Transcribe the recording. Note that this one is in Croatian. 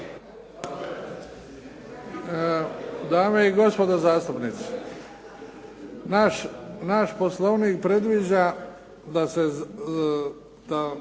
Dame i gospodo zastupnici. Naš poslovnik predviđa da se